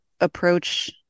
approach